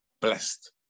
blessed